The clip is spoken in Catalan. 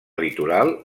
litoral